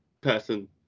person